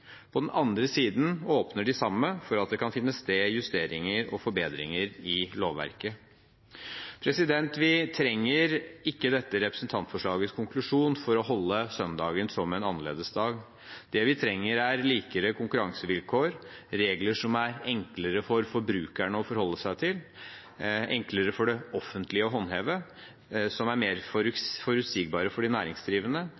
På den andre siden åpner de samme for at det kan finne sted justeringer og forbedringer i lovverket. Vi trenger ikke dette representantforslagets konklusjon for å holde søndagen som en annerledesdag. Det vi trenger, er likere konkurransevilkår, regler som er enklere for forbrukerne å forholde seg til, som er enklere for det offentlige å håndheve, som er mer